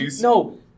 no